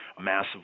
massive